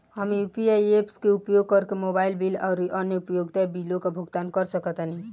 हम UPI apps के उपयोग करके मोबाइल बिल आउर अन्य उपयोगिता बिलों का भुगतान कर सकतानी